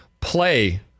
play